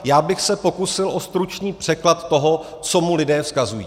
Já bych se pokusil o stručný překlad toho, co mu lidé vzkazují.